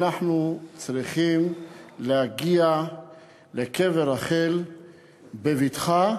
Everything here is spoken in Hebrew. אנחנו צריכים להגיע לקבר רחל בבטחה,